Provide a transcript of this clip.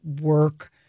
work